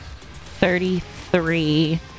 Thirty-three